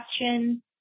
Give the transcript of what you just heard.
question